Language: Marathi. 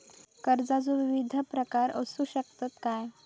कर्जाचो विविध प्रकार असु शकतत काय?